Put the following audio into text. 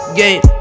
game